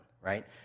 right